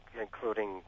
including